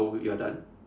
oh you're done